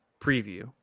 preview